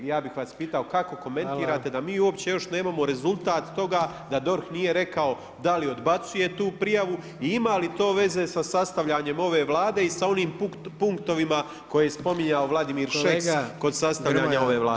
I ja bi vas pitao, kako komentirate da mi uopće još nemamo rezultat toga, da DORH nije rekao, da li odbacuje tu prijavu i ima li to veze sa sastavljanjem ove Vlade i sa onim punktovima, koje je spominjao Vladimir Šeks kod sastavljanja ove Vlade.